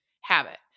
habit